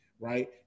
right